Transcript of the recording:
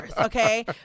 okay